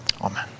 Amen